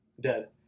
Dead